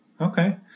Okay